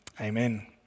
Amen